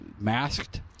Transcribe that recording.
masked